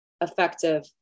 effective